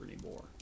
anymore